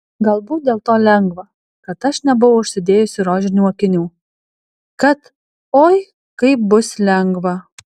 galbūt dėl to lengva kad aš nebuvau užsidėjusi rožinių akinių kad oi kaip bus lengva